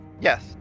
Yes